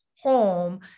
home